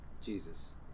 Jesus